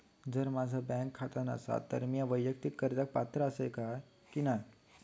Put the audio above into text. जर माझा बँक खाता नसात तर मीया वैयक्तिक कर्जाक पात्र आसय की नाय?